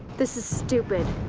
this is stupid.